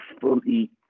fully